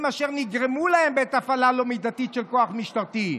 אשר נגרמו להם בעת הפעלה לא מידתית של כוח משטרתי.